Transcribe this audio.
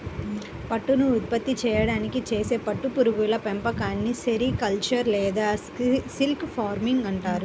పట్టును ఉత్పత్తి చేయడానికి చేసే పట్టు పురుగుల పెంపకాన్ని సెరికల్చర్ లేదా సిల్క్ ఫార్మింగ్ అంటారు